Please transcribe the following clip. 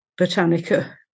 Botanica